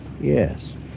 Yes